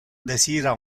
desira